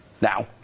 Now